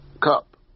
Cup